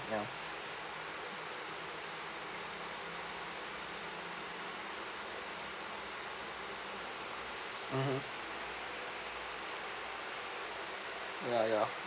ya mmhmm ya ya